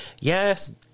Yes